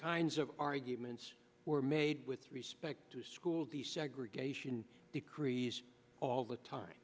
kinds of arguments were made with respect to a school desegregation decrees all the time